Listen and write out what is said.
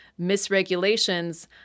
misregulations